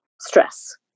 stress